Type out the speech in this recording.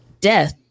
death